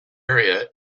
area